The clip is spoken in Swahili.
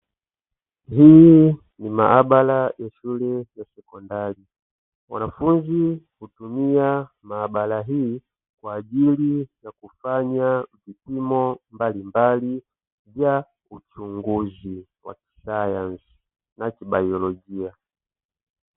Hii Ni maabara nzuri ya sekondari wanafunzi kutumia maabara hii kwa ajili ya kufanya vipimo mbalimbali vya uchunguzi wa kisayansi na kibiolojia